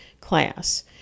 class